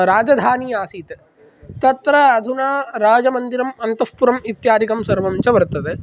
राजधानी आसीत् तत्र अधुना राजमन्दिरम् अन्तःपुरम् इत्यादिकं सर्वञ्च वर्तते